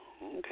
Okay